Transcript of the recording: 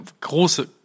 große